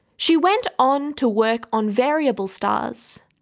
she went on to work on variable stars,